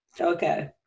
Okay